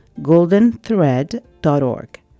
goldenthread.org